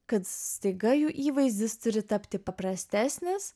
kad staiga jų įvaizdis turi tapti paprastesnis